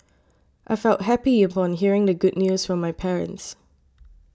I felt happy upon hearing the good news from my parents